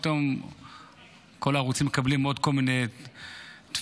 פתאום כל הערוצים מקבלים עוד כל מיני תביעות.